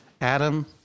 Adam